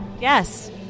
Yes